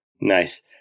Nice